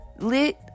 lit